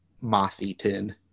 moth-eaten